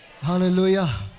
Hallelujah